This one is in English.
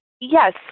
Yes